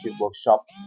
workshop